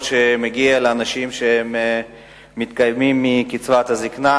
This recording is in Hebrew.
שמגיעות לאנשים שמתקיימים מקצבת זיקנה.